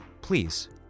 please